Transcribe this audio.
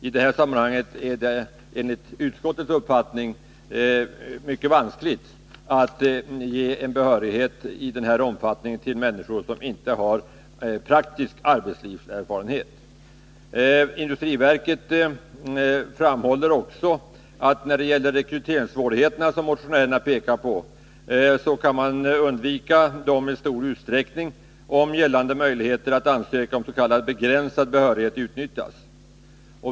I detta sammanhang är det enligt utskottets uppfattning mycket vanskligt att ge behörighet i den här omfattningen till människor som inte har någon praktisk arbetslivserfarenhet. Industriverket framhåller också beträffande rekryteringssvårigheterna, som motionärerna pekar på, att man i stor utsträckning kan undvika dem om gällande möjligheter att ansöka om s.k. begränsad behörighet utnyttjas.